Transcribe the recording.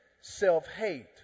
self-hate